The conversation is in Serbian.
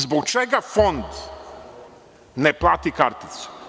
Zbog čega Fond ne plati karticu?